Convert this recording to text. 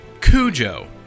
Cujo